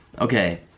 Okay